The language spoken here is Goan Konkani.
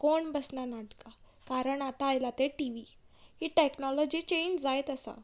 कोण बसना नाटकाक कारण आतां आयलां तें टि वी ही टॅक्नोलॉजी चेंज जायत आसा